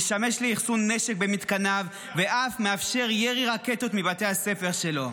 משמש לאחסון נשק במתקניו ואף מאפשר ירי רקטות מבתי הספר שלו.